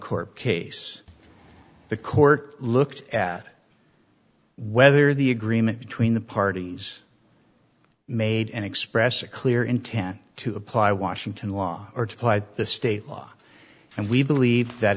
court case the court looked at whether the agreement between the parties made an express a clear intent to apply washington law or to apply the state law and we believe that